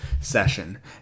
session